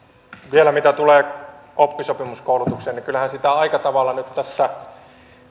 vielä mitä tulee oppisopimuskoulutukseen niin kyllähän sitä aika tavalla nyt tässä